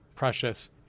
precious